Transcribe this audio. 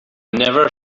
never